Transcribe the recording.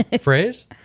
phrase